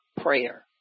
prayer